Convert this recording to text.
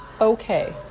okay